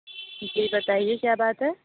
جی بتائیے کیا بات ہے